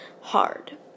Hard